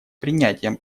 принятием